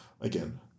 Again